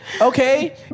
Okay